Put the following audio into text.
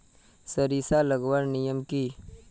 सरिसा लगवार नियम की?